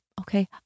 okay